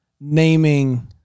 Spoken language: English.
naming